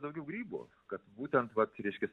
daugiau grybų kad būtent vat reiškias